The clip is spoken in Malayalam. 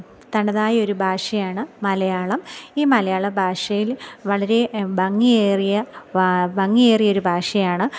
തനതായൊരു ഭാഷയാണ് മലയാളം ഈ മലയാള ഭാഷയിൽ വളരെ ഭംഗിയേറിയ ഭംഗിയേറിയ ഒരു ഭാഷയാണ്